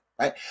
right